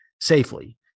safely